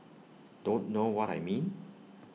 don't know what I mean